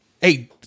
Hey